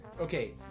okay